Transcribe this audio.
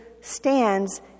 stands